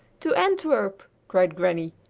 to antwerp, cried granny.